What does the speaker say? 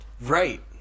Right